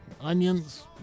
Onions